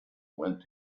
went